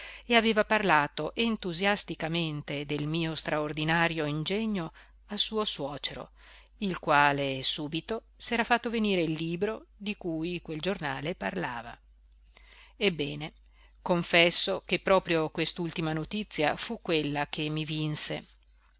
e aveva parlato entusiasticamente del mio straordinario ingegno a suo suocero il quale subito s'era fatto venire il libro di cui quel giornale parlava ebbene confesso che proprio quest'ultima notizia fu quella che mi vinse